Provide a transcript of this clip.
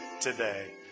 today